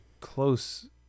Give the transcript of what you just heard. close